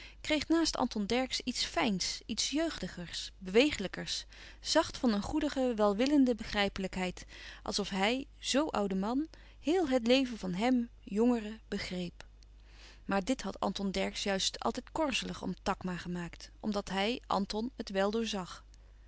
kreeg naast anton dercksz iets fijns iets jeugdigers bewegelijkers zacht van een goedige welwillende begrijpelijkheid als of hij zo oude man héel het leven van hem jongere begreep maar dit had anton dercksz juist altijd korzelig om takma gemaakt omdat hij anton het wel doorzag